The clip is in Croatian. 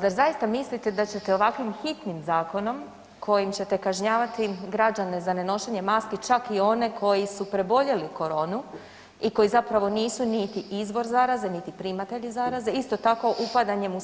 Zar zaista mislite da ćete ovakvim hitnim zakonom kojim ćete kažnjavati građane za nenošenje maski, čak i one koji su preboljeli koronu, a koji zapravo nisu niti izvor zaraze, niti primatelji zaraze, isto tako upadanjem